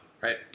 right